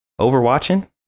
overwatching